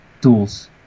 tools